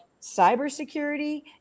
cybersecurity